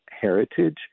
heritage